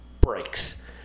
breaks